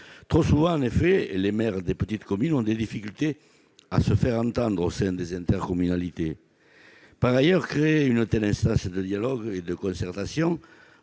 Trop souvent en effet, les maires des petites communes ont des difficultés à se faire entendre au sein des intercommunalités. Par ailleurs, créer une telle instance de dialogue et de concertation